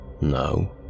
No